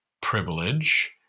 privilege